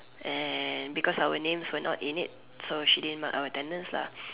and because our names were not in it so she didn't mark our attendance lah